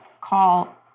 call